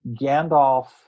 Gandalf